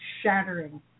shattering